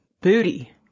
booty